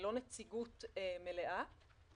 היא לא נציגות מלאה.